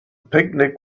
picnic